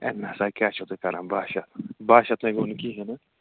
ہے نسا کیٛاہ چھُو تُہۍ کَران باہ شیٚتھ باہ شیٚتھ نےَ گوٚو نہٕ کِہیٖنٛۍ نہَ